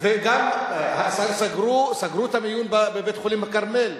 וגם סגרו את המיון בבית-חולים "כרמל".